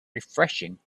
refreshing